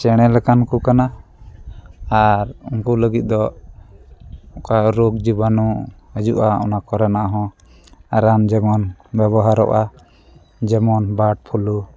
ᱪᱮᱬᱮ ᱞᱮᱠᱟᱱ ᱠᱚ ᱠᱟᱱᱟ ᱟᱨ ᱩᱱᱠᱩ ᱞᱟᱹᱜᱤᱫ ᱫᱚ ᱚᱠᱟ ᱨᱳᱜᱽ ᱡᱤᱵᱟᱱᱩ ᱦᱤᱡᱩᱜᱼᱟ ᱚᱱᱟ ᱠᱚᱨᱮᱱᱟᱜ ᱦᱚᱸ ᱨᱟᱱ ᱡᱮᱢᱚᱱ ᱵᱮᱵᱚᱦᱟᱨᱚᱜᱼᱟ ᱡᱮᱢᱚᱱ ᱵᱟᱨᱰ ᱯᱷᱞᱩ